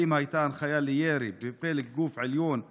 2. האם הייתה הנחיה לירי בפלג גוף עליון ובראש?